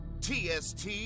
TST